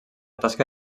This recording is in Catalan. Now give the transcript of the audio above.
tasca